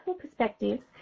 perspectives